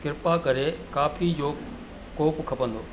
कृपा करे कॉफी जो कोप खपंदो